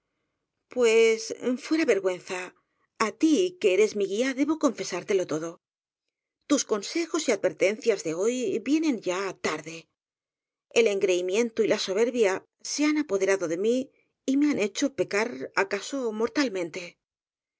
susto pues fuera vergüenza á tí que eres mi guía debo confesártelo todo tus consejos y adver tencias de hoy vienen ya tarde el engreimiento y la soberbia se han apoderado de mí y me han he cho pecar acaso mortalmente